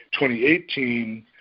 2018